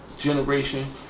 Generation